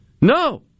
no